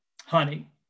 Honey